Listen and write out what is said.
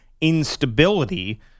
instability